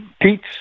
Pete's